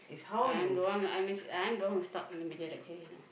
I I'm the one I'm actu~ I'm the one who's stuck in the middle actually you know